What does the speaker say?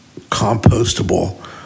compostable